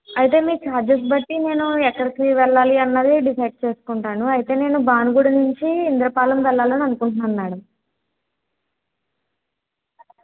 అయితే మీ చార్జెస్ బట్టి నేను ఎక్కడికి వెళ్ళాలి అన్నది డిసైడ్ చేసుకుంటాను అయితే నేను భానుగుడి నుంచి ఇంద్రపాలెం వెళ్ళాలి అనుకుంటున్నాను మేడం